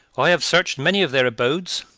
i have searched many of their abodes,